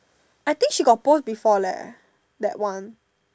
I think she got post before leh that one